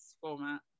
format